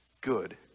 good